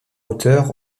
hauteur